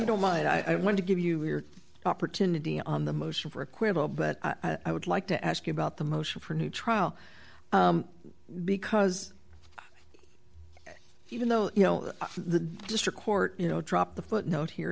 don't mind i want to give you your opportunity on the motion for acquittal but i would like to ask you about the motion for new trial because even though you know the district court you know dropped the footnote here